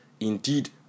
Indeed